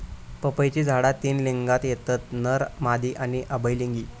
पपईची झाडा तीन लिंगात येतत नर, मादी आणि उभयलिंगी